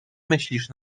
myślisz